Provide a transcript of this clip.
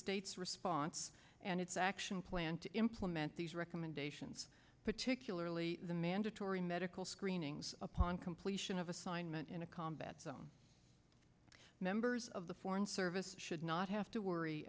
state's response and its action plan to implement these recommendations particularly the mandatory medical screenings upon completion of assignment in a combat zone members of the foreign service should not have to worry